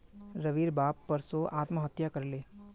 रविर बाप परसो आत्महत्या कर ले